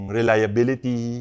reliability